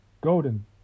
Golden